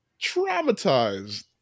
traumatized